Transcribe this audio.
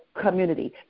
community